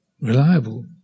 reliable